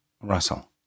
Russell